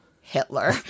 Hitler